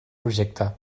projecte